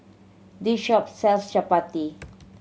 this shop sells chappati